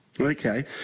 Okay